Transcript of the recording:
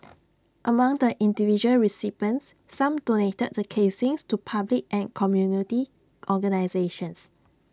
among the individual recipients some donated the casings to public and community organisations